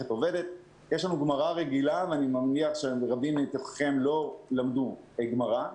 גמרא רגילה ואני מניח שרבים מכם לא למדו גמרא.